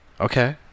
okay